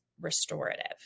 restorative